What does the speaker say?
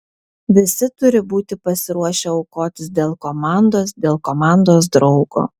visi turi būti pasiruošę aukotis dėl komandos dėl komandos draugo